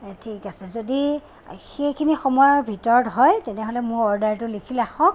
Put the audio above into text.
ঠিক আছে যদি সেইখিনি সময়ৰ ভিতৰত হয় তেনে হ'লে মোৰ অৰ্ডাৰটো লিখি ৰাখক